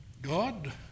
God